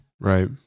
Right